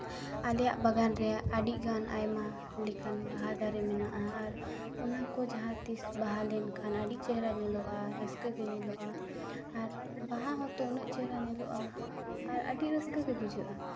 ᱟᱞᱮᱭᱟᱜ ᱵᱟᱜᱟᱱ ᱨᱮᱭᱟᱜ ᱟᱹᱰᱤᱜᱟᱱ ᱟᱭᱢᱟ ᱞᱮᱠᱟᱱ ᱵᱟᱦᱟ ᱫᱟᱨᱮ ᱢᱮᱱᱟᱜᱼᱟ ᱟᱨ ᱚᱱᱟ ᱠᱚ ᱡᱟᱦᱟᱸ ᱛᱤᱥ ᱵᱟᱦᱟ ᱞᱮᱱᱠᱷᱟᱱ ᱟᱹᱰᱤ ᱪᱮᱦᱨᱟ ᱧᱮᱞᱚᱜᱼᱟ ᱨᱟᱹᱥᱠᱟᱹ ᱜᱮ ᱧᱮᱞᱚᱜᱼᱟ ᱟᱨ ᱵᱟᱦᱟ ᱦᱚᱸᱛᱚ ᱩᱱᱟᱹᱜ ᱪᱮᱦᱨᱟ ᱧᱮᱞᱚᱜᱼᱟᱟᱨ ᱟᱹᱰᱤ ᱨᱟᱹᱥᱠᱟᱹ ᱜᱮ ᱵᱩᱡᱷᱟᱹᱜᱼᱟ